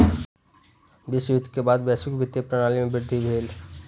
विश्व युद्ध के बाद वैश्विक वित्तीय प्रणाली में वृद्धि भेल